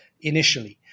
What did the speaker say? initially